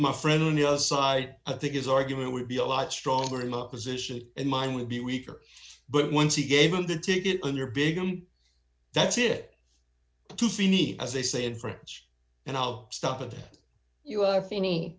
my friend on the other side i think his argument would be a lot stronger not position and mine would be weaker but once he gave him the ticket in your big that's it two feet as they say in french and i'll stop and you are funny